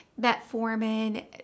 metformin